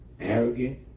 arrogant